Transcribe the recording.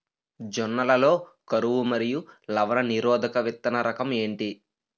జొన్న లలో కరువు మరియు లవణ నిరోధక విత్తన రకం ఏంటి?